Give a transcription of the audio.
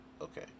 Okay